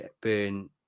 Burn